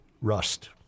Rust